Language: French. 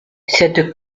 cette